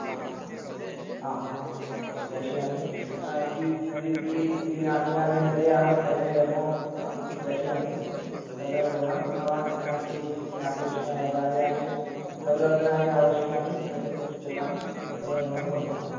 आम् आम् आम् आं प्रेषयामि द्वि द्वि त्रि दिनाभ्यन्तरे अहम् एकं डेमो प्रेषयामि तदनुगुणं भवान् किञ्चित् अपेक्षा यानि यानि परिवर्तनानि आवश्यकानि तद् उच्यतां तदनुगुणं कुर्मः